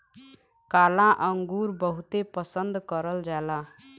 काला अंगुर बहुते पसन्द करल जाला